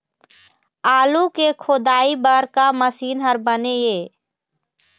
आलू के खोदाई बर का मशीन हर बने ये?